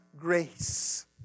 grace